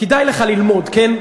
כדאי לך ללמוד, כן.